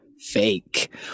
Fake